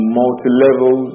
multi-level